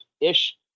ish